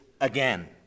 again